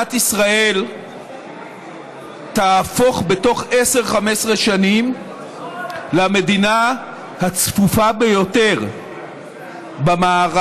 מדינת ישראל תהפוך בתוך 10 15 שנים למדינה הצפופה ביותר במערב.